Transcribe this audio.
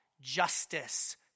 justice